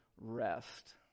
rest